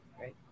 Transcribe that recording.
right